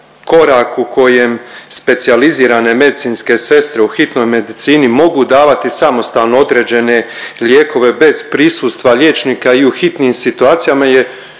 korak u kojem specijalizirane medicinske sestre u hitnoj medicini mogu davati samostalno određene lijekove bez prisustva liječnika i u hitnim situacijama je